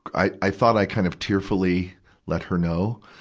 i, i thought i kind of tearfully let her know.